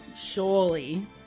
Surely